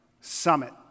Summit